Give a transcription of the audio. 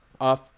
off